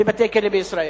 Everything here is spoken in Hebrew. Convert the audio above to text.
בבתי-כלא בישראל.